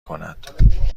کند